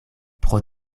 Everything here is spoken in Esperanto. pro